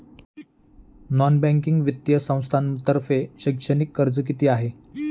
Non banking वित्तीय संस्थांतर्फे शैक्षणिक कर्ज किती आहे?